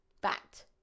Bat